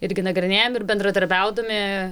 irgi nagrinėjam ir bendradarbiaudami